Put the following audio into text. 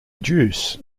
juice